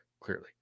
clearly